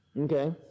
Okay